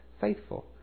faithful